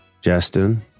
Justin